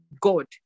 God